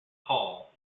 call